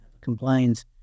complains